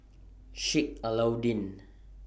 Sheik Alau'ddin